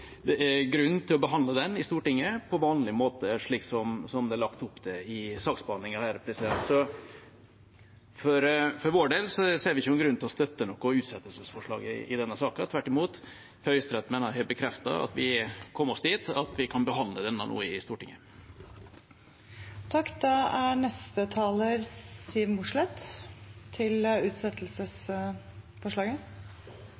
sett er grunn til å behandle den i Stortinget på vanlig måte, slik som det er lagt opp til i saksbehandlingen her. Så for vår del ser vi ikke noen grunn til å støtte noe utsettelsesforslag i denne saken – tvert imot. Høyesterett mener jeg har bekreftet at vi har kommet oss dit at vi kan behandle denne nå i